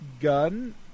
Gun